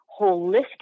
holistic